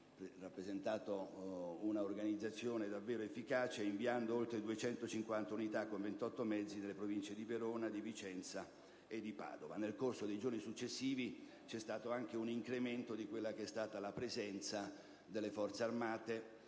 hanno rappresentato una organizzazione davvero efficace, inviando oltre 250 unità con 28 mezzi dalle province di Verona, di Vicenza e di Padova. Nel corso dei giorni successivi c'è stato anche un incremento della presenza delle Forze armate